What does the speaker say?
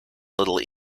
little